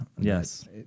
Yes